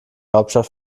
hauptstadt